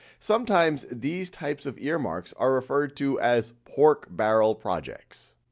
sometimes these types of earmarks are referred to as pork barrel projects,